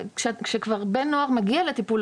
כשכבר בן נוער מגיע לטיפול,